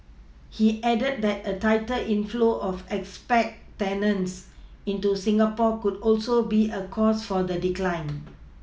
he added that a tighter inflow of expat tenants into Singapore could also be a cause for the decline